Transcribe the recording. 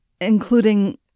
including